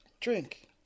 drink